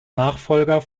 nachfolger